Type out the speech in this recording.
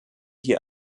hier